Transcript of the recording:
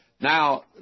Now